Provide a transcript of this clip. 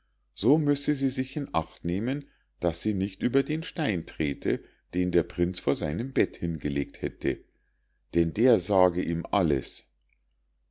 so müsse sie sich in acht nehmen daß sie nicht über den stein trete den der prinz vor sein bett hingelegt hätte denn der sage ihm alles